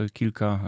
kilka